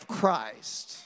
Christ